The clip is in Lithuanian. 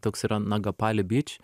toks yra nagapali beach